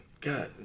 God